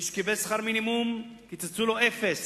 מי שקיבל שכר מינימום, קיצצו לו אפס.